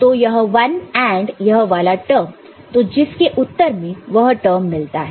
तो यह 1 AND यह वाला टर्म तो जिस के उत्तर में यह टर्म मिलता है